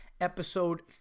episode